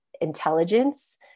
intelligence